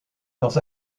dans